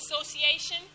Association